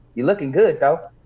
you looking good though.